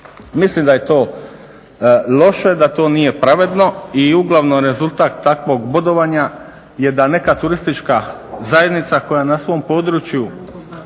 Mislim da je to loše, da to nije pravedno i uglavnom rezultat takvog bodovanja je da neka turistička zajednica koja na svom području